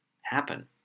happen